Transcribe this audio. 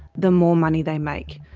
the more money they make.